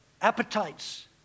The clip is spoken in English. appetites